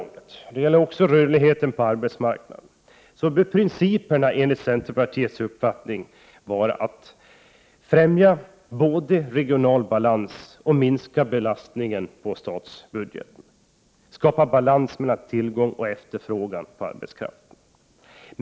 När det gäller flyttningsbidraget bör principen enligt centerns uppfattning vara att både främja regional balans och minska belastningen på statsbudgeten, skapa balans mellan tillgång och efterfrågan på arbetskraften.